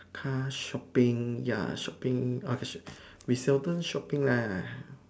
car shopping ya shopping ah we seldom shopping lah